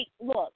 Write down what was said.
look